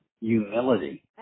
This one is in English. Humility